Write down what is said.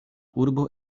urbo